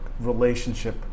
relationship